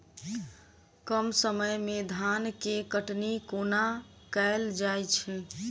कम समय मे धान केँ कटनी कोना कैल जाय छै?